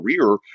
career